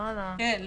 כן.